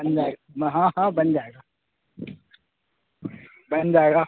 بن جائے گا ہاں ہاں بن جائے گا بن جائے گا